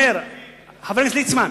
חבר הכנסת ליצמן,